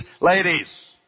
ladies